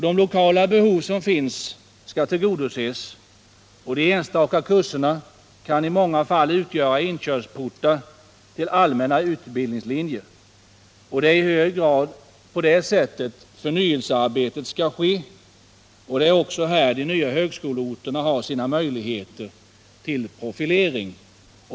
De lokala behov som finns skall tillgodoses, och de enstaka kurserna kan i många fall utgöra inkörsportar till allmänna utbildningslinjer. Det är i hög grad på det sättet förnyelsearbetet skall ske, och det är också här de nya högskoleorterna har sina möjligheter till profilering.